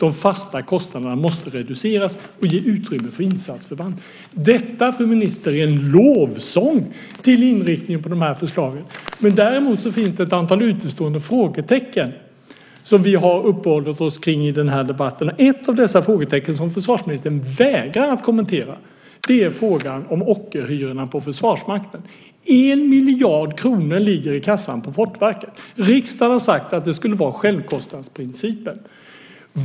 De fasta kostnaderna måste reduceras och ge utrymme för insatsförband." Detta, fru minister, är en lovsång till inriktningen på de här förslagen. Däremot finns det ett antal utestående frågetecken som vi har uppehållit oss omkring i den här debatten. Ett av dessa frågetecken, som försvarsministern vägrar att kommentera, är frågan om ockerhyrorna för Försvarsmakten. 1 miljard kronor ligger i kassan på Fortifikationsverket. Riksdagen har sagt att det skulle vara självkostnadsprincipen.